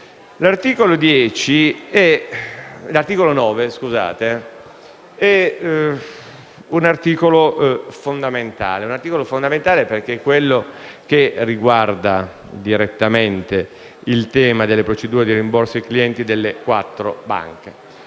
L'articolo 9 è fondamentale, perché riguarda direttamente il tema delle procedure dei rimborsi ai clienti delle quattro banche.